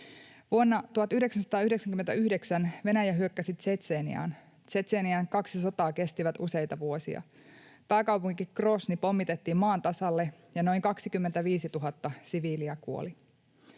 Vuonna 1999 Venäjä hyökkäsi Tšetšeniaan. Tšetšenian kaksi sotaa kestivät useita vuosia. Pääkaupunki Groznyi pommitettiin maan tasalle, ja noin 25 000 siviiliä kuoli.